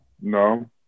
no